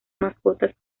mascotas